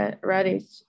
Ready